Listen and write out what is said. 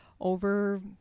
over